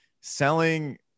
selling